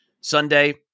Sunday